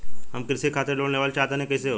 हम कृषि खातिर लोन लेवल चाहऽ तनि कइसे होई?